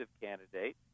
candidate